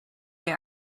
they